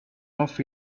off